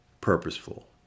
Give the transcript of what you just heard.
purposeful